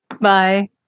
Bye